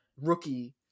rookie